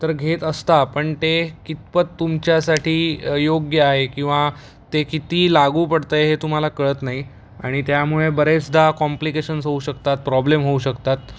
तर घेत असता पण ते कितपत तुमच्यासाठी योग्य आहे किंवा ते किती लागू पडतं आहे हे तुम्हाला कळत नाही आणि त्यामुळे बरेचदा कॉम्प्लिकेशन्स होऊ शकतात प्रॉब्लेम होऊ शकतात